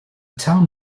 town